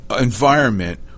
environment